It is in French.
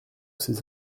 ces